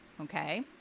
okay